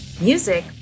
Music